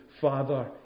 Father